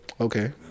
Okay